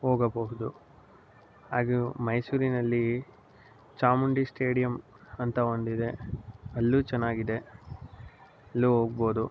ಹೋಗಬಹುದು ಹಾಗೇ ಮೈಸೂರಿನಲ್ಲಿ ಚಾಮುಂಡಿ ಸ್ಟೇಡಿಯಮ್ ಅಂತ ಒಂದಿದೆ ಅಲ್ಲಿಯೂ ಚೆನ್ನಾಗಿದೆ ಅಲ್ಲಿಯೂ ಹೋಗ್ಬೊದು